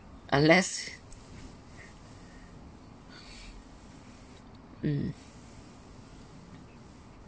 unless mm